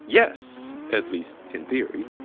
yes! at least in theory.